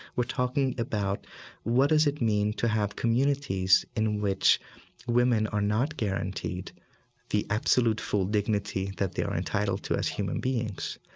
we're talking about what does it mean to have communities in which women are not guaranteed the absolute full dignity that they are entitled to as human beings?